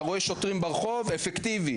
אתה רואה שוטרים ברחוב אפקטיבי.